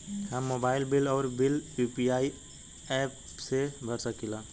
हम mobile bill और bill UPI app से भर सकिला